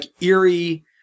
eerie